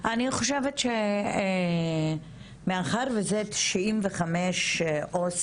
אני חושבת שמאחר וזה 95 עו"סים